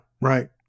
Right